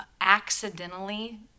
accidentally